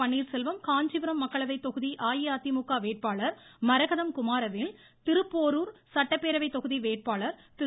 பன்னீர்செல்வம் காஞ்சிபுரம் மக்களவை தொகுதி அஇஅதிமுக வேட்பாளர் மரகதம் குமரவேல் திருப்போரூர் சட்டப்பேரவை தொகுதி திரு